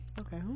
okay